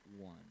one